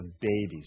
babies